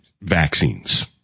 vaccines